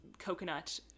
coconut